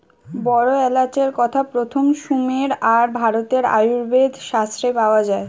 বড় এলাচের কথা প্রথম সুমের আর ভারতের আয়ুর্বেদ শাস্ত্রে পাওয়া যায়